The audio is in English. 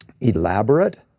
elaborate